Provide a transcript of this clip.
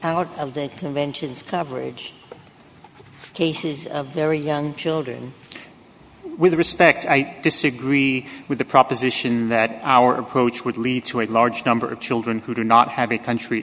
out of the inventions coverage of their young children with respect i disagree with the proposition that our approach would lead to a large number of children who do not have a country